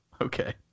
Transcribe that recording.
Okay